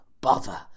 bother